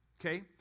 okay